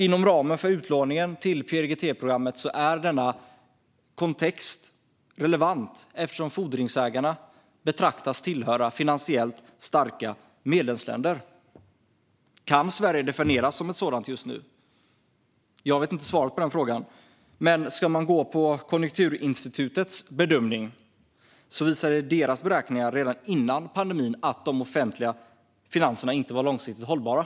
Inom ramen för utlåningen i PRGT-programmet är denna kontext relevant, eftersom fordringsägarna betraktas tillhöra finansiellt starka medlemsländer. Kan Sverige definieras som ett sådant just nu? Jag vet inte svaret på den frågan. Men Konjunkturinstitutet visade i sina beräkningar redan före pandemin att de offentliga finanserna inte var långsiktigt hållbara.